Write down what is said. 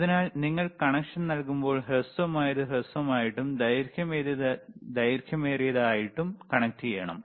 അതിനാൽ നിങ്ങൾ കണക്ഷൻ നൽകുമ്പോൾ ഹ്രസ്വമായത് ഹ്രസ്വവുമായിട്ടും ദൈർഘ്യമേറിയതു ദൈർഘ്യമേറിയതുമായിട്ടും കണക്റ്റു ചെയ്യണം